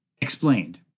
explained